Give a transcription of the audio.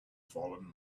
fallen